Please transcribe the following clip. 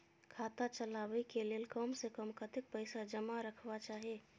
खाता चलावै कै लैल कम से कम कतेक पैसा जमा रखवा चाहि